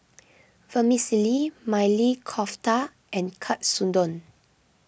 Vermicelli Maili Kofta and Katsudon